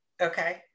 okay